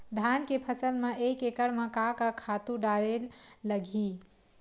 धान के फसल म एक एकड़ म का का खातु डारेल लगही?